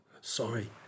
sorry